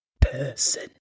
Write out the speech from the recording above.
person